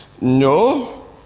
No